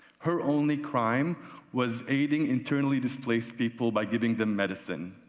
her only crime was aiding internally displaced people by giving them medicine.